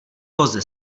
voze